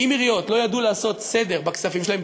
אם עיריות לא ידעו לעשות סדר בכספים שלהן,